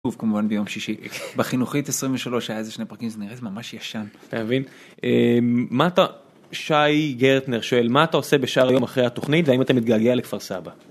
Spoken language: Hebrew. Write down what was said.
כמובן ביום שישי בחינוכית 23 היה איזה שני פרקים זה נראה ממש ישן. אתה מבין? מה אתה, שי גרטנר שואל מה אתה עושה בשאר היום אחרי התוכנית והאם אתם מתגעגע לכפר סבא.